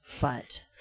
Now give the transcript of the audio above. but-